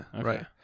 right